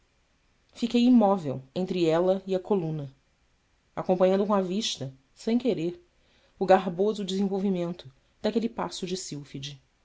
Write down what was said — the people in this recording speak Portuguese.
fiquei imóvel entre ela e a coluna acompanhando com a vista sem querer o garboso desenvolvimento daquele passo de